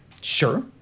Sure